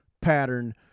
pattern